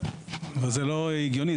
אבל זה לא הגיוני,